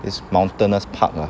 this mountainous part ah